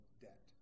debt